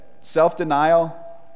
self-denial